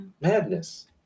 madness